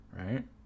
right